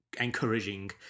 encouraging